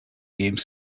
game